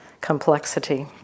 complexity